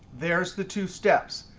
there's the two steps.